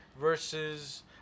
versus